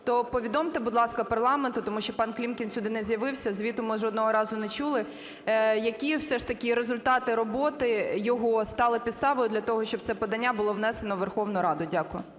то повідомте, будь ласка, парламенту, тому що пан Клімкін сюди не з'явився, звіту ми жодного разу не чули, які все ж таки результати роботи його стали підставою для того, щоб це подання було внесено в Верховну Раду? Дякую.